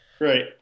Right